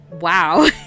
wow